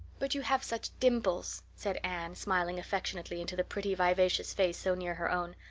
but you have such dimples, said anne, smiling affectionately into the pretty, vivacious face so near her own.